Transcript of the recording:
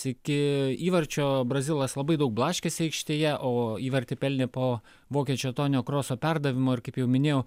iki įvarčio brazilas labai daug blaškėsi aikštėje o įvartį pelnė po vokiečio tonio kroso perdavimo ir kaip jau minėjau